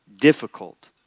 difficult